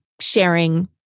sharing